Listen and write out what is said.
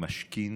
ומשכין